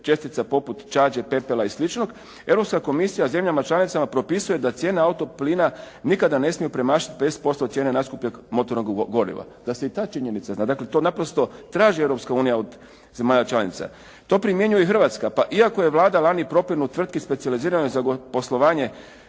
čestica poput čađe, pepela i sličnog. Europska komisija zemljama članicama propisuje da cijene auto plina nikada ne smiju premašiti 50% cijene najskupljeg motornog goriva. Da se i ta činjenica, dakle to naprosto traži Europska unija od zemalja članica. To primjenjuje i Hrvatska. Pa iako je Vlada lani …/Govornik se ne razumije./… tvrtki specijaliziranoj za poslovanje